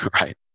Right